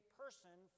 person